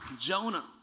Jonah